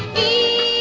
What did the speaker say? a